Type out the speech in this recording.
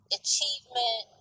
achievement